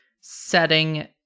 setting